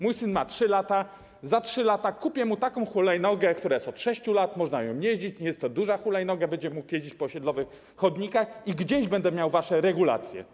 Mój syn ma 3 lata, za 3 lata kupię mu taką hulajnogę, która jest od 6 lat, można nią jeździć, nie jest to duża hulajnoga, będzie mógł nią jeździć po osiedlowych chodnikach i gdzieś będę miał wasze regulacje.